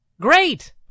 Great